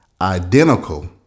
identical